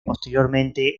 posteriormente